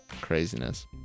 Craziness